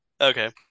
Okay